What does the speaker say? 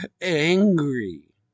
angry